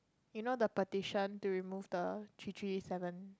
you know the petition to remove the three three seven